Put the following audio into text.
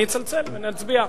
אני אצלצל ונצביע.